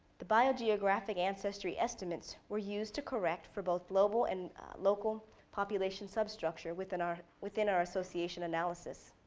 the biogeographic ancestry estimates were used to correct for both global and local population substructure within our within our association analysis.